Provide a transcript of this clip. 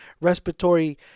respiratory